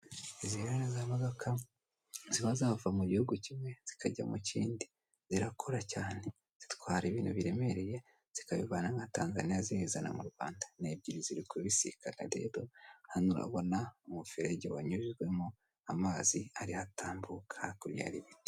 Izi rero ni za modoka ziba zava mugihugu kimwe zikajya mukindi, zirakore cyane. Zitwara ibintu biremereye zikabivana Tanzaniya zibizana mu Rwanda. Ni ebyiri ziri kubisikana rero, hano urabona umuferege wanyujijwemo amazi ariho atambuka kubi.